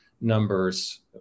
numbers